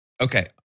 Okay